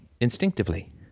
instinctively